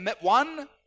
one